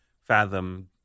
fathom